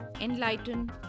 enlighten